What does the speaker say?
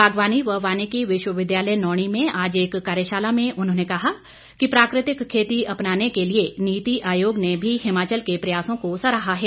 बागवानी व वानिकी विश्वविद्यालय नौणी में आज एक कार्यशाला में उन्होंने कहा कि प्राकृतिक खेती अपनाने के लिए नीति आयोग ने भी हिमाचल के प्रयासों को सराहा है